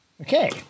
Okay